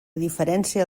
diferència